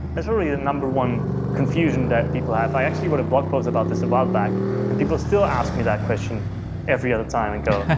that's probably the number one confusion that people have i actually wrote a blog post about this a while back and people still ask me that question every other time and go,